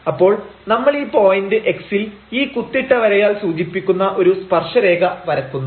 അപ്പോൾ നമ്മൾ ഈ പോയിന്റ് x ൽ ഈ കുത്തിട്ട വരയാൽ സൂചിപ്പിക്കുന്ന ഒരു സ്പർശരേഖ വരക്കുന്നു